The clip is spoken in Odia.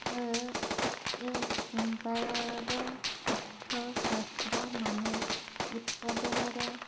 ଓ ଏ ସଂପାଦ ଅର୍ଥଶାସ୍ତ୍ର ମାନେ ଉତ୍ପାଦନର